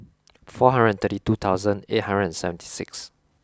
four hundred and thirty two thousand eight hundred and seventy six